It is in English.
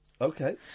Okay